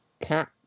cat